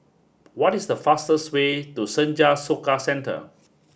what is the fastest way to Senja Soka Centre